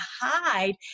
hide